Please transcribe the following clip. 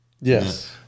Yes